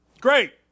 Great